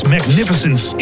Magnificence